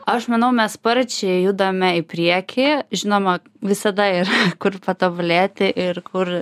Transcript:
aš manau mes sparčiai judame į priekį žinoma visada ir kur patobulėti ir kur